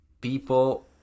people